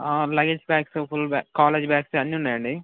luggage bags full బ్యా college bags అన్నీ ఉన్నాయండి